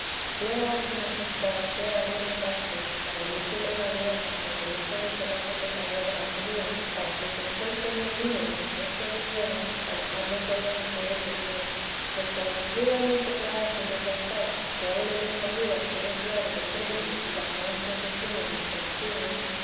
plega a su majestad sea alguna parte la grandísima largueza que con esta miserable pecadora ha tenido para que se esfuercen y animen los que esto leyeren a dejarlo todo del todo por dios pues tan cumplidamente paga su majestad que aun en esta vida se ve claro el premio y la ganancia que tienen los que le sirven